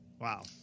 Wow